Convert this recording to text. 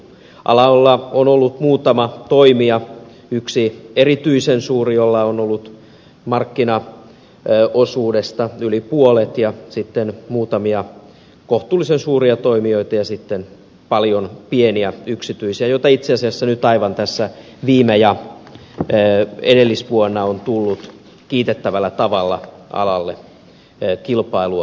alalla on ollut muutama toimija yksi erityisen suuri jolla on ollut markkinaosuudesta yli puolet ja sitten muutamia kohtuullisen suuria toimijoita ja sitten paljon pieniä yksityisiä joita itse asiassa nyt aivan tässä viime ja edellisvuonna on tullut kiitettävällä tavalla alalle kilpailua tuomaan